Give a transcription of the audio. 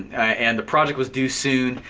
and the project was due soon,